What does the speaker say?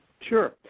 Sure